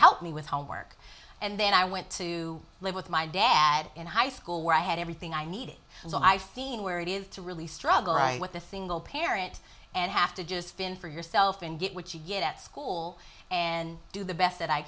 help me with homework and then i went to live with my dad in high school where i had everything i needed and so i feel where it is to really struggle with the single parent and have to just fin for yourself and get what you get at school and do the best that i